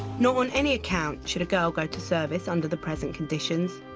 not on any account should a girl go to service under the present conditions.